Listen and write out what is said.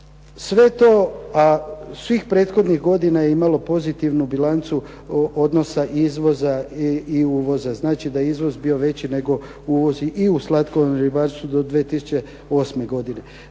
Svih tih prethodnih godina je imalo pozitivnu bilancu odnosa izvoza i uvoza. Znači da je izvoz bio veći nego uvoz i u slatkovodnom ribarstvu do 2008. godine.